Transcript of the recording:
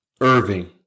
Irving